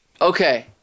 Okay